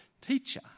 Teacher